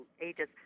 Ages